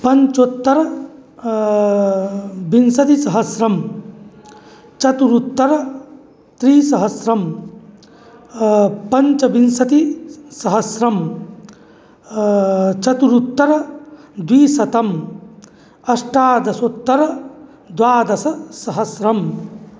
पञ्चोत्तर विंशतिसहस्रं चतुरुत्तरत्रिसहस्रं पञ्चविंशतिसहस्रं चतुरुत्तरद्विशतं अष्टादशोत्तरद्वादशसहस्रं